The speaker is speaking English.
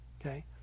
Okay